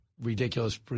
ridiculous